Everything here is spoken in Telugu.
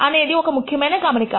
అనేది ఒక ముఖ్యమైన గమనిక